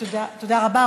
תודה רבה.